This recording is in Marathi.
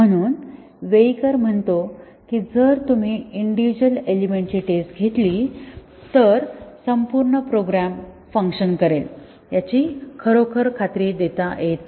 म्हणून Weyukar म्हणतो की जर तुम्ही इंडिविज्युअल एलिमेंट ची टेस्ट घेतली तर संपूर्ण प्रोग्राम फंक्शन करेल याची खरोखर खात्री देता येत नाही